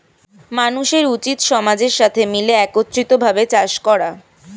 মানুষের উচিত সমাজের সাথে মিলে একত্রিত ভাবে চাষ করা